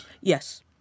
Yes